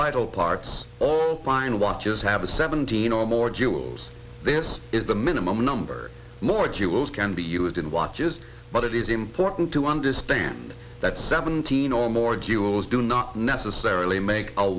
vital parts all fine watches have a seventeen or more jewels this is the minimum number more jewels can be used in watches but it is important to understand that seventeen or more jewels do not necessarily make